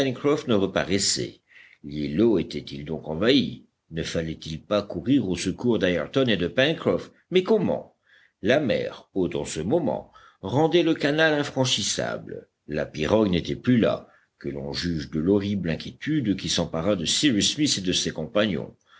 ne reparaissaient l'îlot était-il donc envahi ne fallait-il pas courir au secours d'ayrton et de pencroff mais comment la mer haute en ce moment rendait le canal infranchissable la pirogue n'était plus là que l'on juge de l'horrible inquiétude qui s'empara de cyrus smith et de ses compagnons